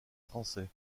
français